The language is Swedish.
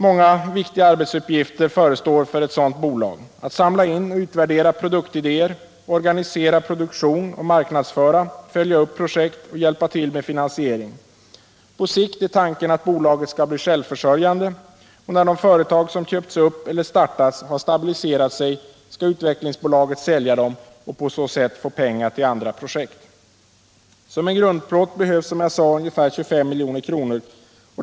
Många viktiga arbetsuppgifter förestår för ett sådant bolag: att samla in och utvärdera produktidéer, organisera produktion och marknadsföra, följa upp projekt och hjälpa till med finansiering. Tanken är att bolaget på sikt skall bli självförsörjande. När de företag som köpts upp eller startats har stabiliserat sig, skall utvecklingsbolaget sälja dem och på så sätt få pengar till andra projekt. Som en grundplåt behövs, som jag sade, ungefär 25 milj.kr.